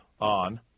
On